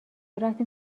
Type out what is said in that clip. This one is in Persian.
رفتیم